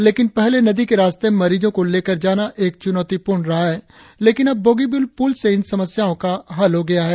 लेकिन पहले नदी के रास्ते मरीजो को लेकर जाना एक चुनौतीपूर्ण रहा है लेकिन अब बोगिबिल पुल से इन समस्याओं का हल हो गया है